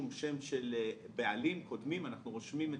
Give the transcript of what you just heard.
שם של בעלים קודמים אנחנו רושמים את